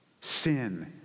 Sin